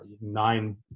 nine